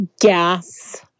gas